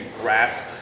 grasp